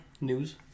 News